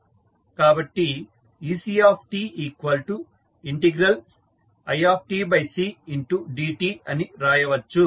కాబట్టి ectiCdt అని రాయవచ్చు